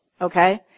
Okay